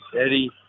Eddie